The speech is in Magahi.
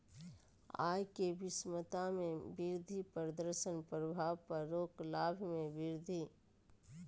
आय के विषमता में वृद्धि प्रदर्शन प्रभाव पर रोक लाभ में वृद्धि